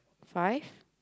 five